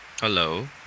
hello